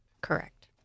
correct